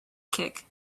kick